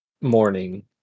morning